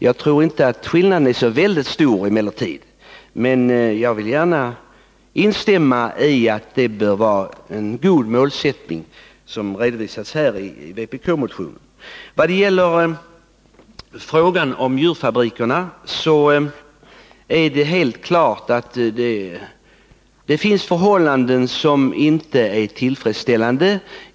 Jag tror emellertid inte att skillnaden är så väldigt stor, men jag vill gärna instämma i att det är en god målsättning som redovisats i vpk-motionen. Vad gäller frågan om djurfabrikerna är det helt klart att det finns förhållanden som inte är tillfredsställande.